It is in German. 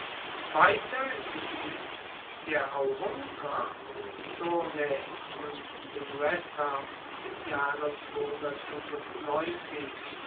weiter im gebiet der aurunker minturnae und sinuessa im jahre